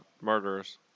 murderers